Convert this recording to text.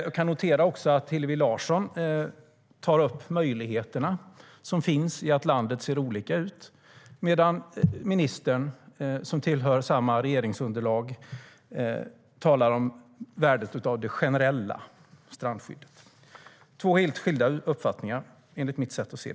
Jag noterar att Hillevi Larsson tar upp möjligheterna som finns i att landet ser olika ut medan ministern, som tillhör samma regeringsunderlag, talar om värdet av det generella strandskyddet. Det är två helt skilda uppfattningar, enligt mitt sätt att se.